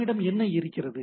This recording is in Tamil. நம்மிடம் என்ன இருக்கிறது